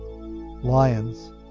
Lions